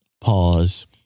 pause